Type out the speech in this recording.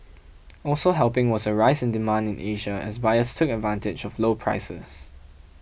also helping was a rise in demand in Asia as buyers took advantage of low prices